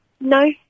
No